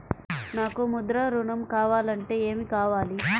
నాకు ముద్ర ఋణం కావాలంటే ఏమి కావాలి?